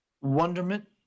wonderment